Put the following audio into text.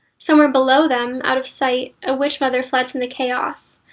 somewhere below them, out of sight, a witchmother fled from the chaos,